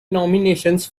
nominations